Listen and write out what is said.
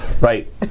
Right